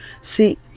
See